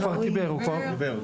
הוא כבר דיבר.